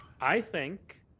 i think,